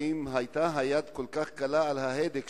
האם היד של השוטרים היתה כל כך קלה על ההדק?